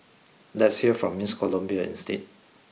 let's hear from Miss Colombia instead